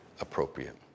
appropriate